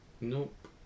Nope